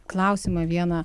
klausimą vieną